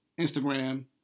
Instagram